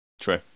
true